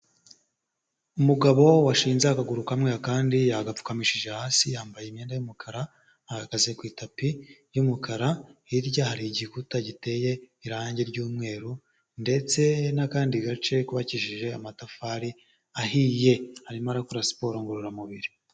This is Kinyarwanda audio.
Umugabo washinze akaguru kamwe kandi yagapfukamishije hasi, yambaye imyenda y'umukara, ahagaze ku itapi y'umukara, hirya hari igikuta giteye irange ry'umweru ndetse n'akandi gace kubakijije amatafari ahiye. Arimo arakora siporo ngororamubiri.